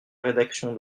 rédaction